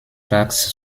parks